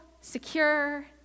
secure